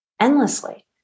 endlessly